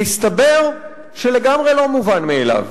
מסתבר שלגמרי לא מובן מאליו.